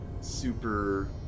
Super